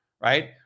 Right